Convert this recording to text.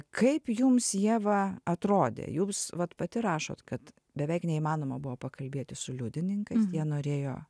kaip jums ieva atrodė jūs vat pati rašot kad beveik neįmanoma buvo pakalbėti su liudininkais jie norėjo